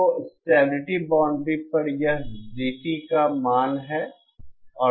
तो stability boundary पर यह GT का मान है